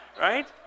right